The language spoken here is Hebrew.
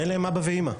אין להם אבא ואימא.